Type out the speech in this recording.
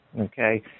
okay